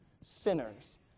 sinners